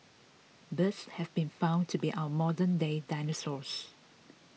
birds have been found to be our modern day dinosaurs